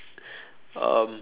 um